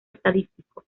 estadístico